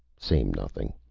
same nothing.